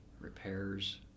Repairs